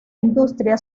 industria